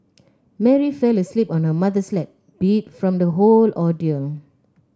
Mary fell asleep on her mother's lap beat from the whole ordeal